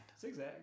Zigzag